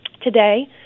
Today